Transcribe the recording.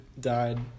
died